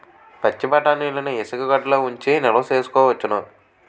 పచ్చిబఠాణీలని ఇసుగెడ్డలలో ఉంచి నిలవ సేసుకోవచ్చును